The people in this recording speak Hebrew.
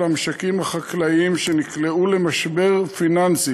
המשקים החקלאיים שנקלעו למשבר פיננסי